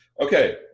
Okay